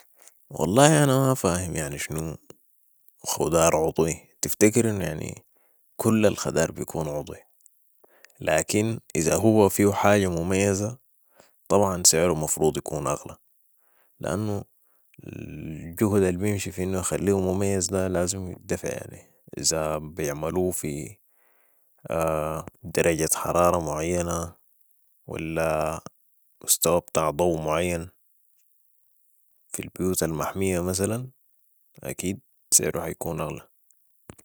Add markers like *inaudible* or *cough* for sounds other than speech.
والله انا ما فهم يعني شنو خدار عضوي تفتكر انو يعني كل الخضار بيكون عضوي لكن اذا هو فيو حاجة مميزة طبعا سعرو مفروض بيكون اغلى ، لانو *hesitation* الجهد البيمشي في انو يخليو مميز ده لازم يتدفع يعني ، إذا بيعملو في *hesitation* درجة حرارة معينة ولا مستوى بتاع ضو معين في البيوت المحمية مثلاً اكيد سعرو حيكون اغلى